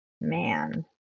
man